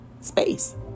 space